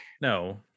no